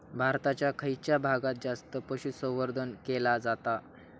भारताच्या खयच्या भागात जास्त पशुसंवर्धन केला जाता?